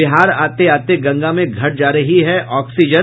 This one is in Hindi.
बिहार आते आते गंगा में घट जा रही है औक्सीजन